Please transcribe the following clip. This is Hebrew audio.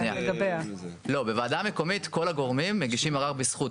לא, בוועדה המקומית, כל הגורמים מגישים ערר בזכות.